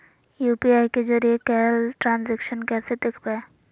UPI के जरिए कैल ट्रांजेक्शन कैसे देखबै?